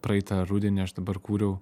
praeitą rudenį aš dabar kūriau